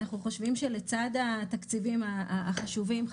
אנחנו חושבים שלצד התקציבים החשובים,